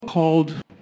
called